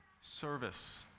service